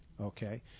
okay